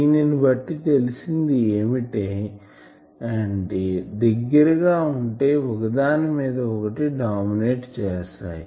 దీనిని బట్టి తెలిసింది ఏమిటి అంటే దగ్గరగా ఉంటే ఒకదాని మీద ఒకటి డామినేట్ చేస్తాయి